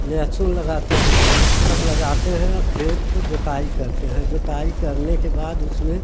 लहसुन लगाते हैं सब लगाते हैं और खेत को जोताई करते हैं जोताई करने के बाद उसमें